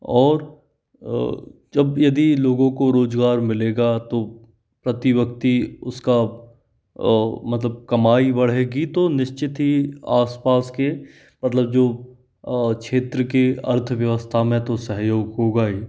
और जब यदि लोगों को रोज़गार मिलेगा तो प्रति व्यक्ति उसका मतलब कमाई बढ़ेगी तो निश्चित ही आसपास के मतलब जो क्षेत्र के अर्थव्यवस्था में तो सहयोग होगा ही